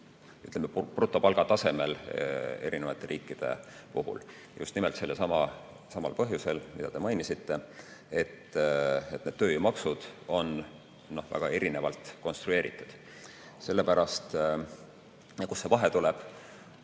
ütleme, brutopalga tasemel eri riikide puhul. Just nimelt sellelsamal põhjusel, mida te mainisite, et need tööjõumaksud on väga erinevalt konstrueeritud. Kust see vahe tuleb?